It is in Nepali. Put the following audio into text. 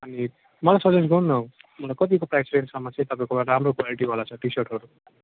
अनि मलाई सजेस्ट गर्नु न मलाई कतिको प्राइस रेटसम्म चाहिँ तपाईँको राम्रो क्वालिटीवाला छ टी सर्टहरू